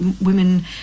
women